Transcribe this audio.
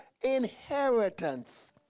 inheritance